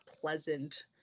pleasant